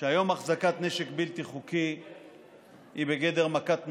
שהיום החזקת נשק בלתי חוקי היא בגדר מכת מדינה,